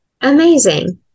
Amazing